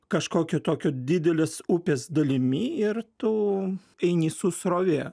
kažkokiu tokiu didelės upės dalimi ir tu eini su srovė